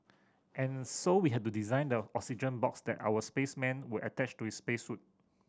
and so we had to design the oxygen box that our spaceman would attach to his space suit